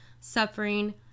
suffering